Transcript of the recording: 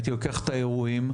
הייתי לוקח את האירועים,